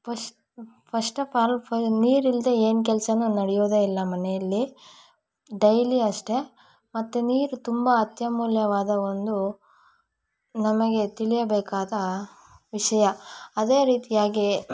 first first of all ನೀರಿಲ್ಲದೇ ಏನು ಕೆಲಸನು ನಡೆಯೋದೇ ಇಲ್ಲ ಮನೆಯಲ್ಲಿ ಡೈಲಿ ಅಷ್ಟೆ ಮತ್ತು ನೀರು ತುಂಬ ಅತ್ಯಮೂಲ್ಯವಾದ ಒಂದು ನಮಗೆ ತಿಳಿಯಬೇಕಾದ ವಿಷಯ ಅದೇ ರೀತಿಯಾಗಿ